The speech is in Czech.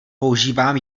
používám